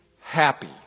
happy